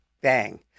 Bang